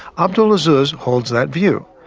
abdul azzuz holds that view.